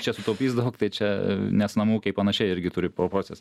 čia sutaupys daug tai čia nes namų ūkiai panašiai irgi turi proporcijas